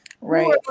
Right